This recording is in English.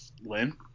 Lynn